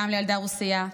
פעם לילדה רוסייה.